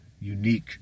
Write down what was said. unique